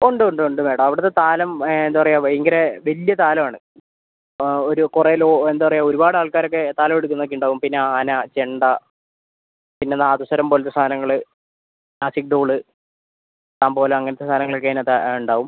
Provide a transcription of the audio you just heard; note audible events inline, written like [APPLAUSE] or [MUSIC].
ഉണ്ട് ഉണ്ട് ഉണ്ട് മേഡം അവിടുത്തെ താലം എന്താണ് പറയുക ഭയങ്കര വലിയ താലം ആണ് ആ ഒരു കുറേ എന്താണ് പറയുക ഒരുപാട് ആൾക്കാരൊക്കെ താലം എടുക്കുന്നൊക്കെ ഉണ്ടാവും പിന്നെ ആന ചെണ്ട പിന്നെ നാദസ്വരം പോലത്തെ സാധനങ്ങൾ [UNINTELLIGIBLE] തംബോല അങ്ങനത്തെ സാധനങ്ങൾ ഒക്കെ അതിനകത്ത് ഉണ്ടാവും